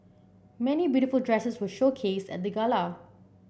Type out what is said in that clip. many beautiful dresses were showcased at the gala